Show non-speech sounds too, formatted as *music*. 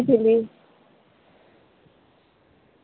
*unintelligible*